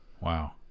wow